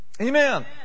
amen